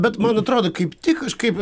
bet man atrodo kaip tik aš kaip